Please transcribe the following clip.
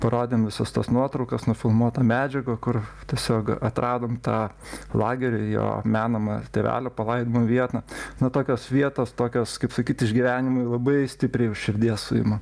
parodėm visas tas nuotraukas nufilmuotą medžiagą kur tiesiog atradom tą lagerį jo menamą tėvelio palaidimo vietą na tokios vietos tokios kaip sakyt išgyvenimai labai stipriai už širdies suima